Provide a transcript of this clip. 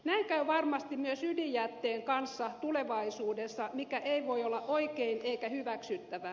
näin käy varmasti myös ydinjätteen kanssa tulevaisuudessa mikä ei voi olla oikein eikä hyväksyttävää